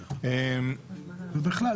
בכלל,